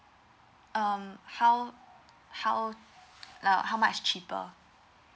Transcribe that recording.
um how how like how much cheaper